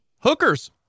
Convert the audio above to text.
Hookers